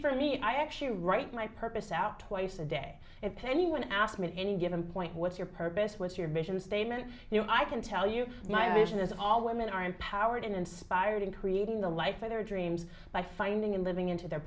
for me i actually write my purpose out twice a day if anyone asked me to any given point what's your purpose with your mission statement you know i can tell you my vision is all women are empowered and inspired in creating a life of their dreams by finding and living into their